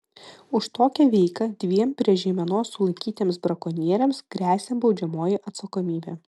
už tokią veiką dviem prie žeimenos sulaikytiems brakonieriams gresia baudžiamoji atsakomybė